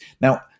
Now